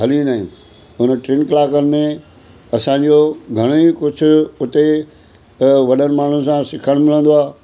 हली वेंदा आहियूं हिन टिनि कलाकनि में असांजो घणो ई कुझु हुते वॾनि माण्हुनि सां सिखणु मिलंदो आहे